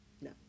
no